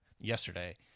yesterday